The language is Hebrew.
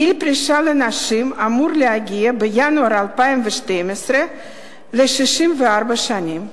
גיל פרישה לנשים אמור להגיע בינואר 2012 ל-64 שנים.